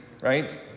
right